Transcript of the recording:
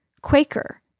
Quaker